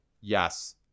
yes